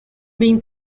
been